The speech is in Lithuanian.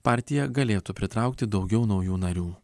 partija galėtų pritraukti daugiau naujų narių